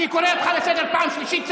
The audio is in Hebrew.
אני קורא אותך לסדר פעם שלישית.